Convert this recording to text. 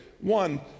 One